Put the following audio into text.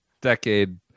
decade